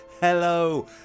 hello